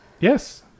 yes